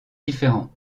différent